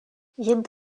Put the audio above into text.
viennent